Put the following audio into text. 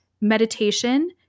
meditation